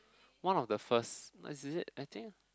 one of the first like is it I think